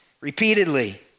repeatedly